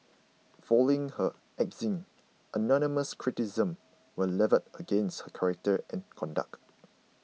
following her axing anonymous criticisms were levelled against her character and conduct